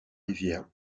rivière